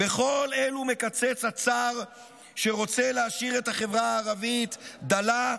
בכל אלו מקצץ הצאר שרוצה להשאיר את החברה הערבית דלה,